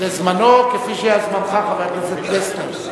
זה זמנו, כפי שהיה זמנך, חבר הכנסת פלסנר.